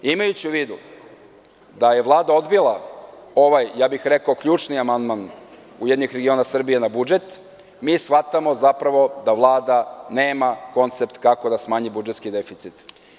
Imajući u vidu da je Vlada odbila ovaj, rekao bih ključni amandman Ujedinjenih regiona Srbije na budžet, mi zapravo shvatamo da Vlada nema koncept kako da se smanji budžetski deficit.